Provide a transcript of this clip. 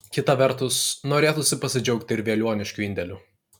kita vertus norėtųsi pasidžiaugti ir veliuoniškių indėliu